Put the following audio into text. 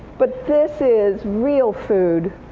but this is real food,